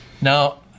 Now